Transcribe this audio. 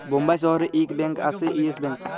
বোম্বাই শহরে ইক ব্যাঙ্ক আসে ইয়েস ব্যাঙ্ক